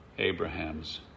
Abraham's